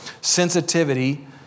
sensitivity